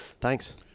thanks